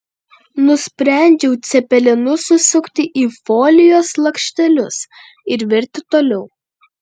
nusprendžiau cepelinus susukti į folijos lakštelius ir virti toliau